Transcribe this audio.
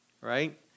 right